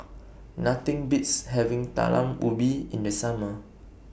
Nothing Beats having Talam Ubi in The Summer